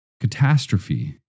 Catastrophe